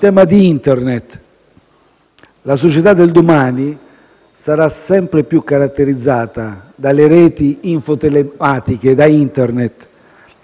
tema di Internet, la società del domani sarà sempre più caratterizzata dalle reti infotelematiche, da Internet,